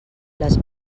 les